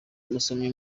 basomyi